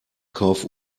kauf